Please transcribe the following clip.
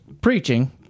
preaching